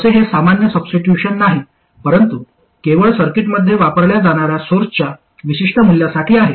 तसे हे सामान्य सबस्टिट्यूशन नाही परंतु केवळ सर्किटमध्ये वापरल्या जाणार्या सोर्सच्या विशिष्ट मूल्यांसाठी आहे